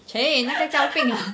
!chey! 那个叫 pick ah